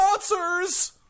sponsors